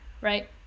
right